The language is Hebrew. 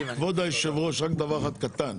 כבוד היושב ראש, דבר אחד קטן.